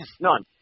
none